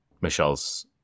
Michelle's